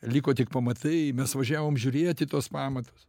liko tik pamatai mes važiavom žiūrėt į tuos pamatus